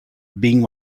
being